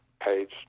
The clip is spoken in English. page